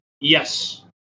Yes